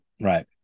Right